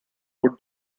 would